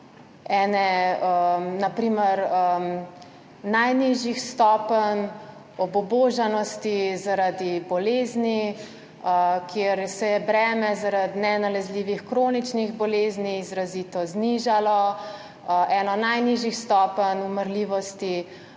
eno najnižjih stopenj obubožanosti zaradi bolezni, kjer se je breme zaradi nenalezljivih kroničnih bolezni izrazito znižalo, eno najnižjih stopenj umrljivosti,